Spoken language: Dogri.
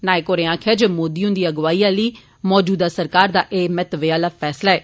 नायक होरें आक्खेआ जे मोदी हुंदी अगुवाई आली मौजूदा सरकार दा एह् इस महत्वै आला फैसला ऐ